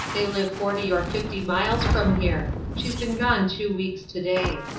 they live forty or fifty miles from here. she's been gone two weeks today.